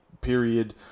period